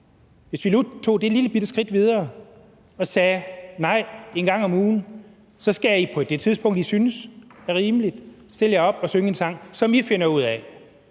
Hvad nu, hvis vi sagde: Nej, én gang om ugen skal I på det tidspunkt, I synes er rimeligt, stille jer op og synge en sang, som I finder ud af?